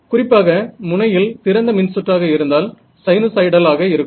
குறிப்பாக முனையில் திறந்த மின் சுற்றாக இருந்தால் சைனுஸாய்டல் ஆக இருக்கும்